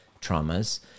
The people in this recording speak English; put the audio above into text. traumas